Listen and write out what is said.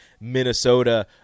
Minnesota